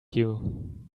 you